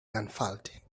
unfurled